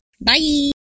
Bye